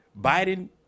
Biden